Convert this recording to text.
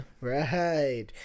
Right